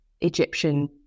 egyptian